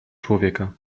człowieka